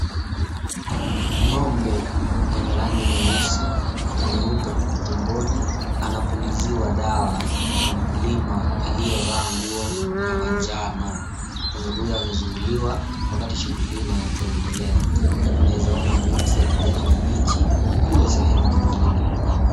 Ng'ombe mwenye rangi nyeusi na nyeupe huku tumboni anapuliziwa dawa na mkulima aliyevaa nguo ya manjano ng'ombe huyu amezuiliwa wakati shughuli hii inapoendela unaeza ona miti ya kijani kibichi kule sehemu nyingine.